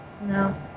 No